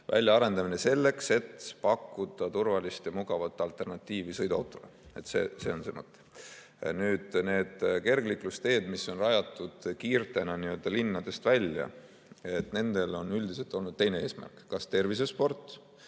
väljaarendamine selleks, et pakkuda turvalist ja mugavat alternatiivi sõiduautole. See on see mõte. Need kergliiklusteed, mis on rajatud kiirtena linnadest välja, nendel on üldiselt olnud teine eesmärk: kas tervisesport